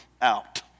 out